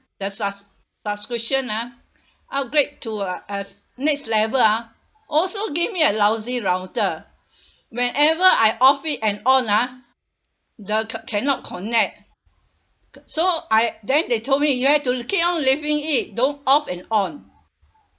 the sub~ subscription ah upgrade to a as next level ah also give me a lousy router whenever I off it and on ah the ca~ cannot connect so I then they told me you have to keep on leaving it don't off and on